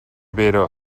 vera